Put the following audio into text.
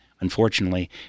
unfortunately